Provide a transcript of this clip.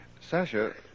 Sasha